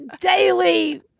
daily